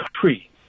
country